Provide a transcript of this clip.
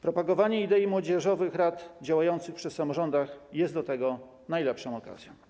Propagowanie idei młodzieżowych rad działających przy samorządach jest do tego najlepszą okazją.